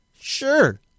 sure